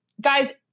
guys